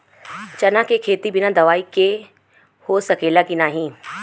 चना के खेती बिना दवाई के हो सकेला की नाही?